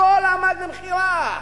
הכול עמד למכירה.